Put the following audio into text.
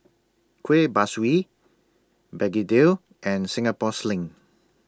Kueh Kaswi Begedil and Singapore Sling